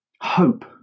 Hope